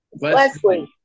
Leslie